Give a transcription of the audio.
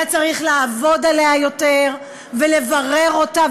היה צריך לעבוד עליה יותר ולברר אותה,